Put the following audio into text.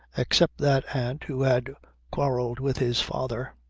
except that aunt who had quarrelled with his father.